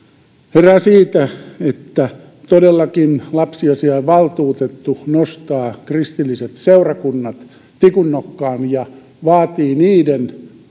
herää siitä että todellakin lapsiasiainvaltuutettu nostaa kristilliset seurakunnat tikunnokkaan ja vaatii niiden